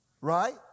right